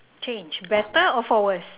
change better or for worse